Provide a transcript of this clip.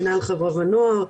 במנהל חברה ונוער,